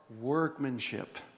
workmanship